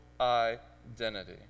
identity